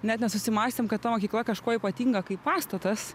net nesusimąstėm kad ta mokykla kažkuo ypatinga kaip pastatas